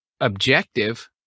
objective